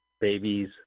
Babies